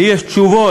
לי יש תשובות: